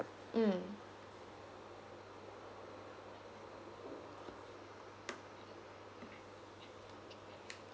mm